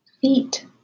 Feet